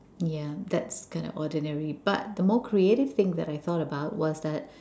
yeah that's kind of ordinary but the more creative thing that I thought about was that